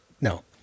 No